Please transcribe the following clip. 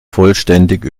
vollständig